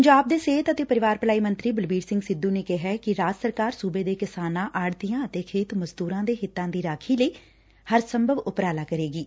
ਪੰਜਾਬ ਦੇ ਸਿਹਤ ਅਤੇ ਪਰਿਵਾਰ ਭਲਾਈ ਮੰਤਰੀ ਬਲਬੀਰ ਸਿੰਘ ਸਿੱਧੁ ਨੇ ਕਿਹਾ ਕਿ ਰਾਜ ਸਰਕਾਰ ਸੁਬੇ ਦੇ ਕਿਸਾਨਾਂ ਆਤ੍ਪਤੀਆਂ ਅਤੇ ਖੇਤ ਮਜਦੂਰਾਂ ਦੇ ਹਿੱਤਾਂ ਦੀ ਰਾਖੀ ਲਈ ਹਰ ਸੰਭਵ ਉਪਰਾਲਾ ਕਰੇਗੀ